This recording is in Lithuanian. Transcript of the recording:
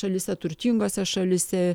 šalyse turtingose šalyse